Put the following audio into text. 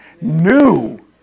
new